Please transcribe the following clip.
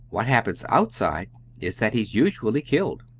what happens outside is that he's usually killed.